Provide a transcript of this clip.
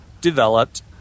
developed